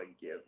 give